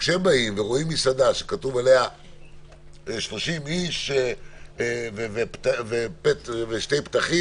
כשהם באים ורואים מסעדה שכתוב עליה 30 איש ושני פתחים,